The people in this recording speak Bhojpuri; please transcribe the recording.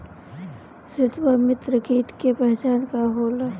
सत्रु व मित्र कीट के पहचान का होला?